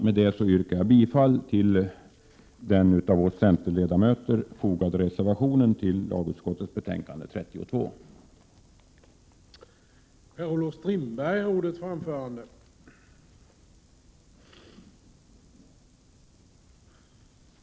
Med detta yrkar jag bifall till den av oss centerledamöter till lagutskottets betänkande 32 fogade reservationen.